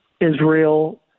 Israel